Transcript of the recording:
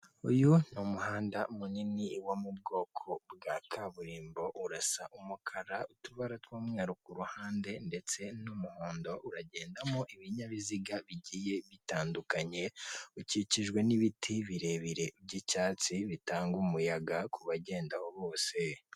Uyu ni umuhanda munini wo mu bwoko bwa kaburimbo; urasa umukara, utubara t'umweru ku ruhande ndetse n'umuhondo. Uragendamo ibinyabiziga bigiye bitandukanye, ukikijwe n'ibiti birebire by'icyatsi bitanga umuyaga kubagendaho bose.